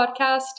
podcast